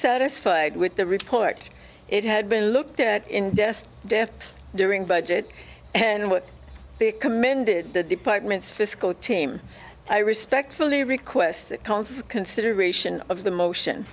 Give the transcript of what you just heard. satisfied with the report it had been looked at in death death during budget and what the commended the departments fiscal team i respectfully request consideration of the motion